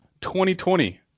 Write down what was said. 2020